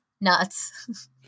nuts